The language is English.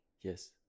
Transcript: Yes